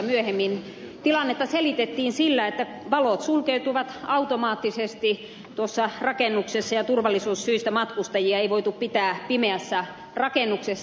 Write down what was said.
myöhemmin tilannetta selitettiin sillä että valot sammuvat automaattisesti tuossa rakennuksessa ja turvallisuussyistä matkustajia ei voitu pitää pimeässä rakennuksessa